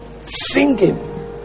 Singing